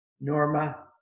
Norma